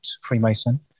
Freemason